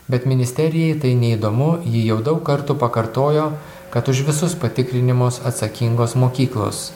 bet ministerijai tai neįdomu ji jau daug kartų pakartojo kad už visus patikrinimus atsakingos mokyklos